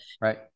Right